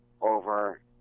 over